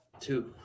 Two